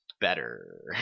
Better